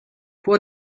può